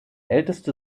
älteste